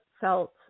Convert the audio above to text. felt